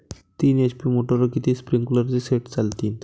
तीन एच.पी मोटरवर किती स्प्रिंकलरचे सेट चालतीन?